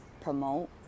promote